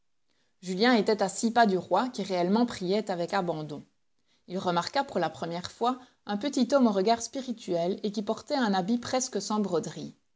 julien était à six pas du roi qui réellement priait avec abandon il remarqua pour la première fois un petit homme au regard spirituel et qui portait un habit presque sans broderies